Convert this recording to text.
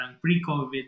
pre-COVID